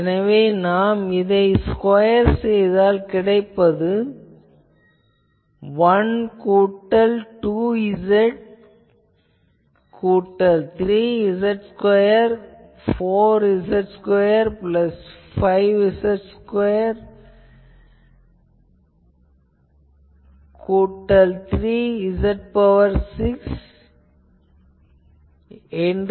எனவே இதனை நான் ஸ்கொயர் செய்தால் கிடைப்பது 1 கூட்டல் 2Z கூட்டல் 3Z2 கூட்டல் 4Z3 கூட்டல் 5Z5 கூட்டல் 3Z6 கூட்டல் 2Z7 கூட்டல் Z8 ஆகும்